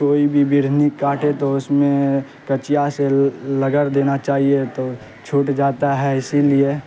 کوئی بھی بھڑنی کاٹے تو اس میں کچیا سے رگڑ دینا چاہیے تو چھوٹ جاتا ہے اسی لیے